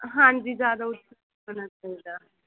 ਹਾਂਜੀ ਜਿਆਦਾ ਊਂਚਾ ਹੋਣਾ ਨੀ ਚਾਹੀਦਾ